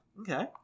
Okay